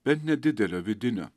bent nedidelio vidinio